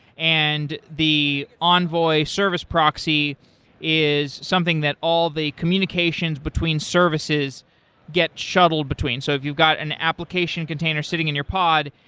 and the envoy service proxy is something that all the communications between services get shuttled between. so if you've got an application container sitting in your pod,